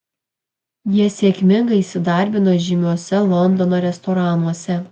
jie sėkmingai įsidarbino žymiuose londono restoranuose